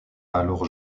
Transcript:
alors